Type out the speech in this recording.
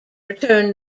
return